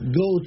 go